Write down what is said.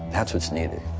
that's what needed.